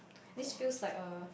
this feel like a